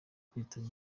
kwitaba